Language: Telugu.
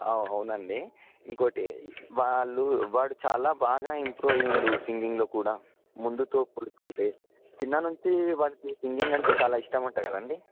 అవునండి ఇంకోటి వాళ్ళు వాడు చాలా బాగా ఇంప్రూవ్ అయ్యిండు సింగింగ్లో కూడా ముందుతో పోల్చుకుంటే చిన్న నుంచి వాడికి సింగింగ్ అంటే చాలా ఇష్టం అంట కదండి